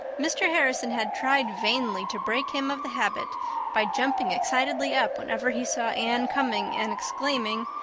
mr. harrison had tried vainly to break him of the habit by jumping excitedly up whenever he saw anne coming and exclaiming,